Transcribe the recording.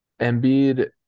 Embiid